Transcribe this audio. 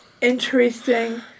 interesting